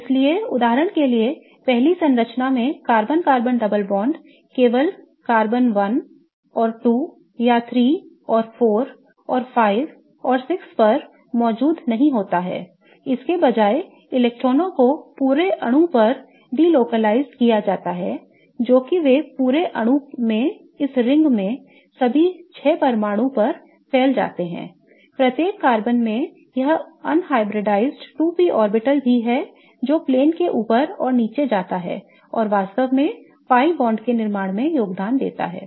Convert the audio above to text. इसलिए उदाहरण के लिए पहली संरचना में कार्बन कार्बन डबल बॉन्ड केवल कार्बन 1 और 2 या 3 और 4 और 5 और 6 पर मौजूद नहीं होता है इसके बजाय इलेक्ट्रॉनों को पूरे अणु पर delocalized किया जाता है जो कि वे पूरे अणु में इस रिंग में सभी 6 परमाणुओं पर फैल जाते हैं I प्रत्येक कार्बन में यह unhybridized 2p ऑर्बिटल भी है जो प्लेन के ऊपर और नीचे जाता है और वास्तव में pi बॉन्ड के निर्माण में योगदान देता है